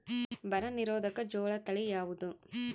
ಬರ ನಿರೋಧಕ ಜೋಳ ತಳಿ ಯಾವುದು?